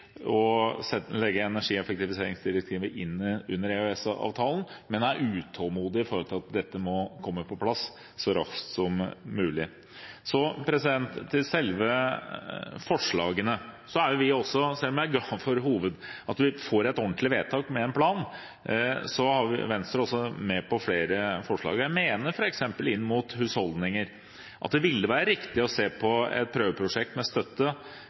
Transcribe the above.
legge energieffektiviseringsdirektivet inn under EØS-avtalen, men jeg er utålmodig for å få dette på plass så raskt som mulig. Til selve forslagene: Vi er også glad for at vi får et ordentlig vedtak med en plan. Venstre er også med på flere forslag. Jeg mener at f.eks. når det gjelder husholdninger, vil det være riktig å se på et prøveprosjekt med støtte